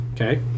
Okay